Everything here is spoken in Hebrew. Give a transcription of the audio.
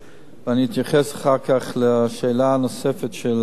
ואני אתייחס אחר כך לשאלה של דב חנין.